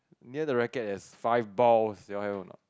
near the racket there's five balls yours have or not